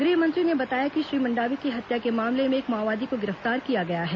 गृहमंत्री ने बताया कि श्री मंडावी की हत्या के मामले में एक माओवादी को गिरफ्तार किया गया है